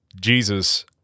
Jesus